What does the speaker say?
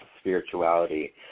spirituality